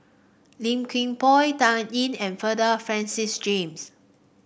Low Kim Pong Dan Ying and Bernard Francis James